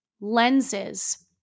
lenses